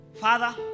Father